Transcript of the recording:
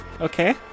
Okay